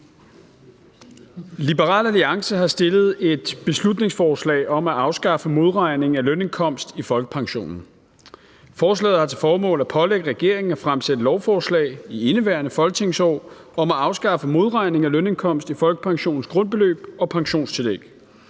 Liberal Alliance har fremsat et beslutningsforslag om at afskaffe modregning af lønindkomst i folkepensionen. Forslaget har til formål at pålægge regeringen at fremsætte lovforslag i indeværende folketingsår om at afskaffe modregning af lønindkomst i folkepensionens grundbeløb og pensionstillæg.